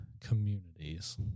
communities